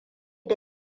da